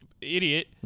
idiot